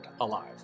alive